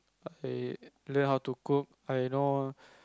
I learn how to cook I know